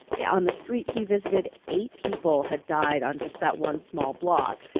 yeah on the street he visited, eight people had died on just that one small block.